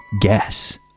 guess